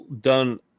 done